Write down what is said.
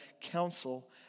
council